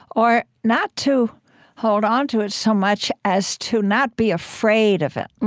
or not to hold on to it so much as to not be afraid of it,